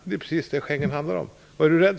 Det är precis vad Schengen handlar om.